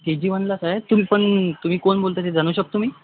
के G वनलाच आहे तुम्ही पण तुम्ही कोण बोलत आहे ते जाणू शकतो मी